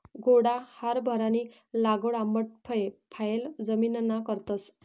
घोडा हारभरानी लागवड आंबट फये लायेल जमिनना करतस